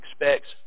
expects